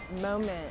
moment